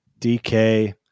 DK